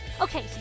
Okay